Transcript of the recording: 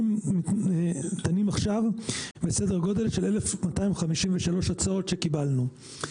אנחנו דנים עכשיו בסדר גודל של 1,253 הצעות שקיבלנו.